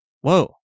Whoa